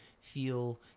feel